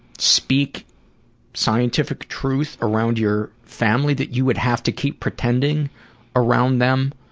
speak scientific truth around your family, that you would have to keep pretending around them?